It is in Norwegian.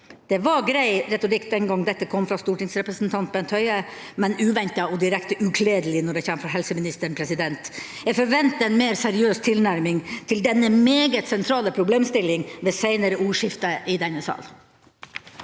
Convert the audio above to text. Det var grei retorikk den gang dette kom fra stortingsrepresentant Bent Høie, men uventet og direkte ukledelig når det kommer fra helseministeren. Jeg forventer en mer seriøs tilnærming til denne meget sentrale problemstillinga ved seinere ordskifte i denne sal.